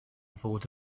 fod